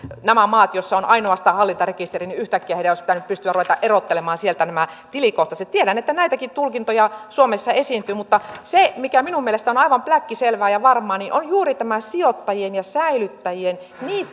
näissä maissa joissa on ainoastaan hallintarekisteri heidän olisi yhtäkkiä pitänyt pystyä ruveta erottelemaan sieltä nämä tilikohtaiset tiedän että näitäkin tulkintoja suomessa esiintyy mutta se mikä minun mielestäni on aivan pläkkiselvää ja varmaa on juuri tämä sijoittajien ja säilyttäjien